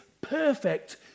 perfect